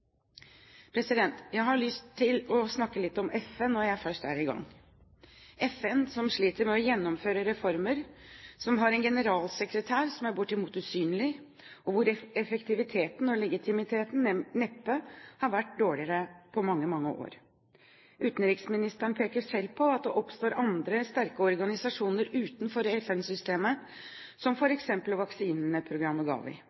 Jeg har lyst til å snakke litt om FN når jeg først er i gang – FN som sliter med å gjennomføre reformer, som har en generalsekretær som er bortimot usynlig, og hvor effektiviteten og legitimiteten neppe har vært dårligere på mange, mange år. Utenriksministeren peker selv på at det oppstår andre sterke organisasjoner utenfor FN-systemet, som f.eks. vaksineprogrammet GAVI.